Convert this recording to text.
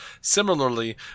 Similarly